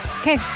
Okay